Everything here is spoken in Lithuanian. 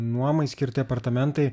nuomai skirti apartamentai